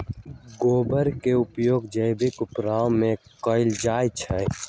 गोबर के उपयोग जैविक उर्वरक में कैएल जाई छई